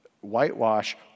whitewash